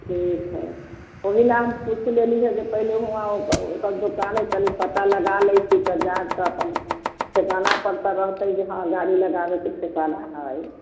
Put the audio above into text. ठीक हइ ओहिला हम पूछ लेली हँ जे पहिले हुआँ ओतऽ ओतऽ दोकान ओकान पता लगा लय छी तऽ जाएब तऽ अपन ठेकाना पर तऽ रहतै जे हँ गाड़ी लगाबैके ठेकाना हइ